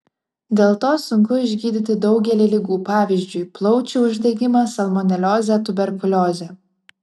dėl to sunku išgydyti daugelį ligų pavyzdžiui plaučių uždegimą salmoneliozę tuberkuliozę